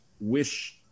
wish